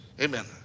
Amen